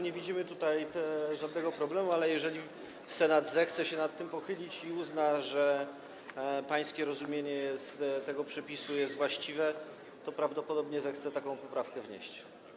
Nie widzimy tutaj żadnego problemu, ale jeżeli Senat zechce się nad tym pochylić i uzna, że pańskie rozumienie tego przepisu jest właściwe, to prawdopodobnie zechce taką poprawkę wnieść.